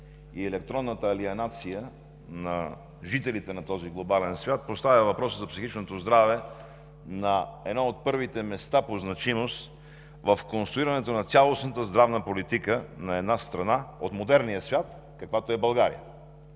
и електронната алиенация на жителите на този глобален свят поставя въпроса за психичното здраве на едно от първите места по значимост в конструирането на цялостната здравна политика на страна от модерния свят, каквато е България.